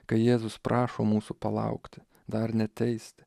kai jėzus prašo mūsų palaukti dar neteist